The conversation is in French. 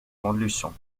montluçon